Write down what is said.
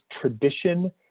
tradition